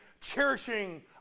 cherishing